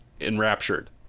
enraptured